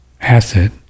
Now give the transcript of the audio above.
acid